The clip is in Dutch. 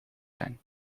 zijn